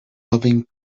loving